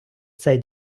цей